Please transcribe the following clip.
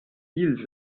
viel